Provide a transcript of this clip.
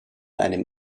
einem